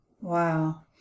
Wow